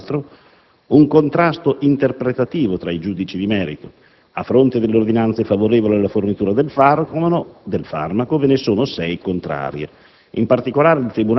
Esiste peraltro un contrasto interpretativo tra i giudici di merito: a fronte delle ordinanze favorevoli alla fornitura del farmaco, ve ne sono sei contrarie.